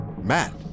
Matt